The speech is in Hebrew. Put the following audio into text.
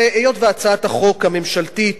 היות שהצעת החוק הממשלתית,